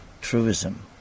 Truism